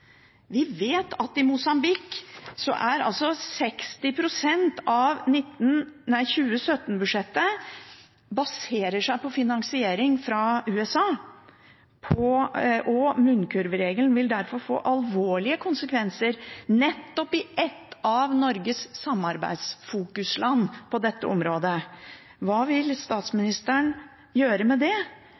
Vi vet at i Mosambik baserer 60 pst. av 2017-budsjettet seg på finansiering fra USA. Munnkurvregelen vil derfor få alvorlige konsekvenser nettopp i et av Norges fokusland på dette området. Hva vil statsministeren gjøre med det?